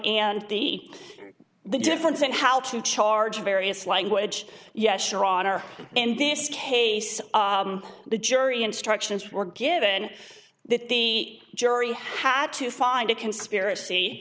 b the difference in how to charge various language yes sure honor and this case the jury instructions were given that the jury had to find a conspiracy